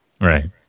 Right